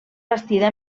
bastida